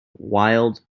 wild